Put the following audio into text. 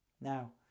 Now